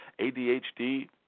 ADHD